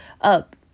up